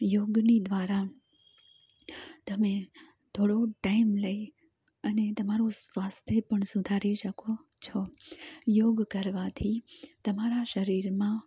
યોગની દ્વારા તમે થોડો ટાઈમ લઈ અને તમરું સ્વાસ્થ્ય પણ સુધારી શકો છો યોગ કરવાથી તમારા શરીરમાં